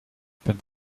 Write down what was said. bin